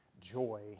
joy